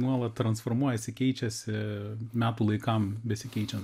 nuolat transformuojasi keičiasi metų laikam besikeičiant